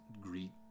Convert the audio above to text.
greet